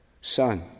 Son